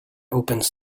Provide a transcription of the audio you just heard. opens